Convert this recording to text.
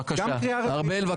בבקשה ארבל.